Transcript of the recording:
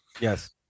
Yes